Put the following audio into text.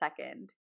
second